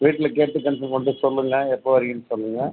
வீட்டுல கேட்டு கன்ஃபார்ம் பண்ணிட்டு சொல்லுங்கள் எப்போது வருவிங்கன்னு சொல்லுங்கள்